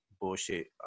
bullshit